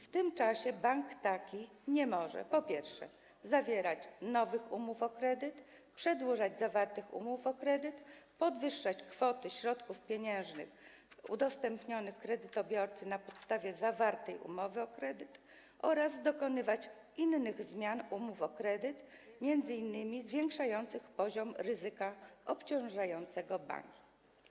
W tym czasie taki bank nie może: zawierać nowych umów o kredyt; przedłużać zawartych umów o kredyt; podwyższać kwoty środków pieniężnych udostępnianych kredytobiorcy na podstawie zawartej umowy o kredyt; dokonywać innych zmian umów o kredyt, zwiększających poziom ryzyka obciążającego bank.